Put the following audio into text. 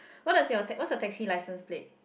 what does you what's your taxi licence plate